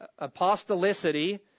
apostolicity